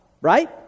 right